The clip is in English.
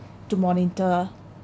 to monitor